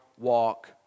Walk